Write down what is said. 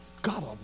God